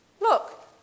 look